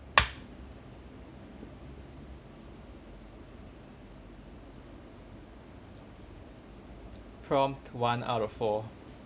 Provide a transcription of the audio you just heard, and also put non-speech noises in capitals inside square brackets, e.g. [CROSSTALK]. [NOISE] prompt one out of four